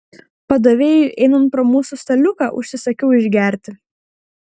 padavėjui einant pro mūsų staliuką užsisakiau išgerti